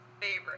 favorite